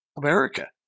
America